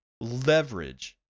leverage